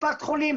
קופת חולים